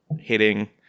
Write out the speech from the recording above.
hitting